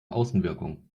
außenwirkung